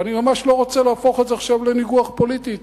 ואני ממש לא רוצה להפוך את זה עכשיו לניגוח פוליטי אתו,